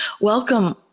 welcome